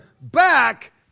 back